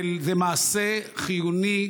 זה מעשה חיוני,